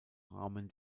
rahmen